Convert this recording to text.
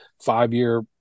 five-year